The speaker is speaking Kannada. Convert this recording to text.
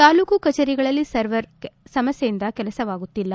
ತಾಲೂಕು ಕಜೇರಿಗಳಲ್ಲಿ ಸರ್ವರ್ ಸಮಸ್ಯೆಯಿಂದ ಕೆಲಸವಾಗುತ್ತಿಲ್ಲ